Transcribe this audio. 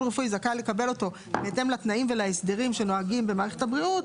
רפואי זכאי לקבל אותו בהתאם לתנאים ולהסדרים שנוהגים במערכת הבריאות,